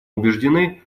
убеждены